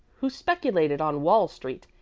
who speculated on wall street,